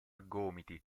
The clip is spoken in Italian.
gomiti